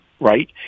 Right